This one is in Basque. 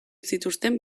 zituzten